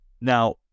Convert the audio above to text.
Now